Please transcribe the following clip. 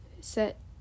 set